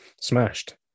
smashed